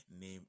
name